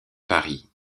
paris